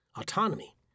Autonomy